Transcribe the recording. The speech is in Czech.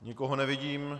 Nikoho nevidím.